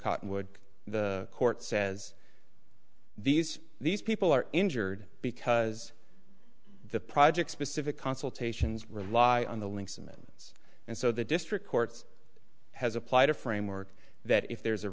cottonwood the court says these these people are injured because the project specific consultations rely on the links amendments and so the district courts has applied a framework that if there is a